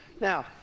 Now